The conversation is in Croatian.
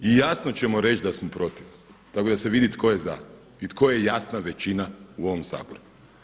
I jasno ćemo reći da smo protiv, tako da se vidi tko je za i tko je jasna većina u ovom Saboru.